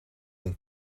een